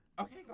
Okay